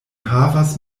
havas